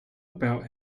about